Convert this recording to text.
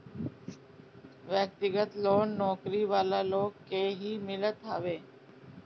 व्यक्तिगत लोन नौकरी वाला लोग के ही मिलत हवे